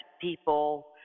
people